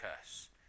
curse